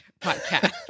podcast